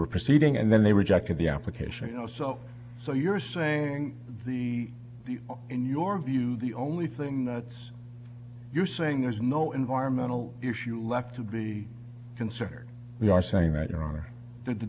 were proceeding and then they rejected the application you know so so you're saying the the in your view the only thing that's you saying there's no environmental issue left to be considered we are saying that your honor th